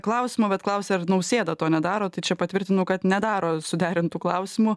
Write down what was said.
klausimo bet klausė ar nausėda to nedaro tai čia patvirtinu kad nedaro suderintų klausimų